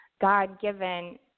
God-given